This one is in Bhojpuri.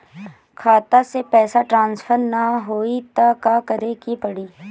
खाता से पैसा ट्रासर्फर न होई त का करे के पड़ी?